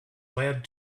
led